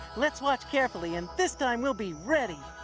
let's watch carefully and this time we'll be ready.